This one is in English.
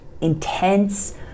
intense